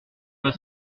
pas